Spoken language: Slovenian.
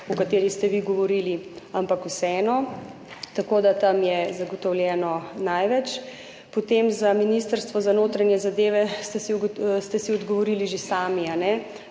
o kateri ste vi govorili, ampak vseeno. Tako da tam je zagotovljeno največ. Potem, za Ministrstvo za notranje zadeve ste si odgovorili že sami.